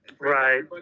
Right